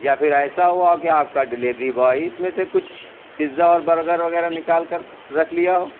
یا پھر ایسا ہُوا ہو کہ آپ کا ڈلیوری بوائے ہی اِس میں سے کچھ پیتزا اور برگر وغیرہ نکال کر رکھ لیا ہو